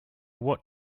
what